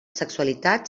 sexualitat